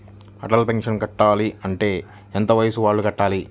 Atal pension కట్టాలి అంటే ఎంత వయసు వాళ్ళు కట్టాలి?